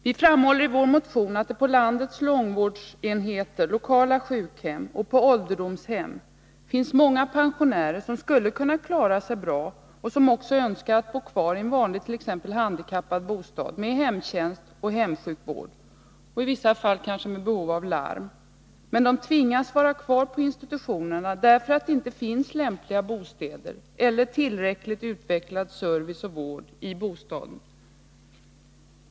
Vi framhåller i vår motion att det på landets långvårdsenheter, lokala sjukhem och ålderdomshem finns många pensionärer som skulle kunna klara sig bra och som också önskar bo kvar i t.ex. en vanlig handikappanpassad bostad med hemtjänst och hemsjukvård och i vissa fall kanske med larmmöjligheter. Men de tvingas vara kvar på institutionen, därför att det inte finns lämpliga bostäder eller tillräckligt utvecklad service och vård i bostaden.